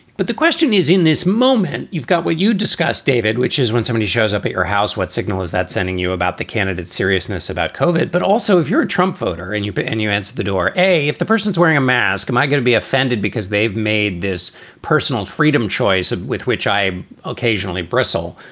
but the question is, in this moment, you've got what you discussed, david, which is when somebody shows up at your house, what signal is that sending you about the candidate's seriousness about covid? but also, if you're a trump voter and you but and you answer the door, a, if the person is wearing a mask, am i going to be offended because they've made this personal freedom choice with which i occasionally bristle?